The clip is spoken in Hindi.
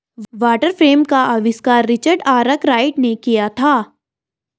वाटर फ्रेम का आविष्कार रिचर्ड आर्कराइट ने किया था